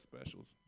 specials